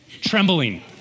trembling